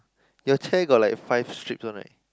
your chair got like five strips one right